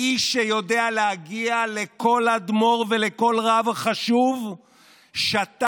האיש שיודע להגיע לכל אדמו"ר ולכל רב חשוב שתק